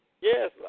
Yes